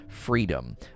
freedom